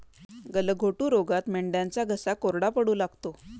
गलघोटू रोगात मेंढ्यांचा घसा कोरडा पडू लागतो